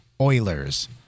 Oilers